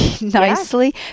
nicely